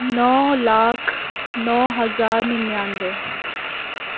نو لاکھ نو ہزار ننانوے